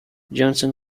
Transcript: johnson